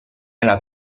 alla